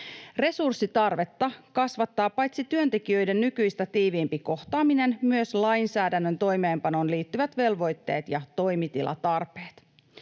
Resurssitarvetta kasvattaa paitsi työntekijöiden nykyistä tiiviimpi kohtaaminen, myös lainsäädännön toimeenpanoon liittyvät velvoitteet ja toimitilatarpeet.